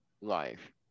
life